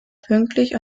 pünktlich